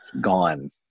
gone